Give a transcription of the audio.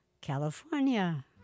California